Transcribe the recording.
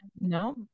No